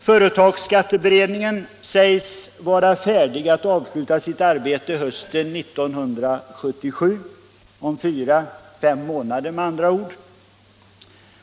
Företagsskatteberedningen sägs vara färdig att avsluta sitt arbete hösten 1977 — om 4-5 månader med andra ord.